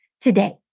today